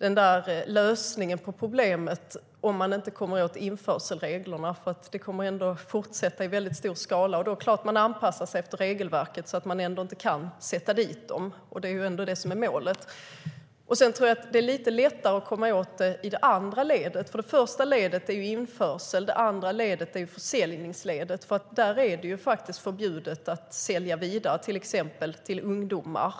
en lösning på problemet om man inte kommer åt införselreglerna, för då kommer det att fortsätta i stor skala. Man anpassar sig efter regelverket så att vi ändå inte kan sätta dit dem, vilket ju är målet. Jag tror att det är lite lättare att komma åt det i andra ledet. Första ledet är införseln, och andra ledet är försäljningsledet. Det är förbjudet att sälja vidare, till exempel till ungdomar.